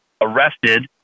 arrested